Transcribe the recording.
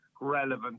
relevant